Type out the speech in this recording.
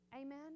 Amen